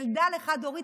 ילדה לחד-הורית,